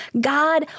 God